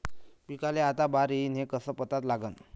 पिकाले आता बार येईन हे कसं पता लागन?